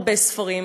הרבה ספרים,